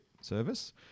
Service